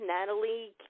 Natalie